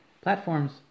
platforms